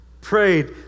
prayed